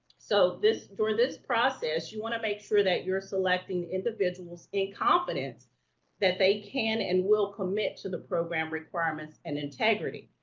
so, this, for this process you want to make sure that you're selecting individuals in confidence that they can and will commit to the program requirements and integrity.